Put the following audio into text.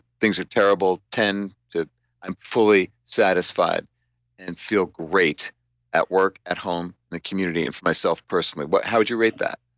things are terrible, ten to i'm fully satisfied and feel great at work, at home, in the community, and for myself personally. how would you rate that?